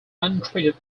untreated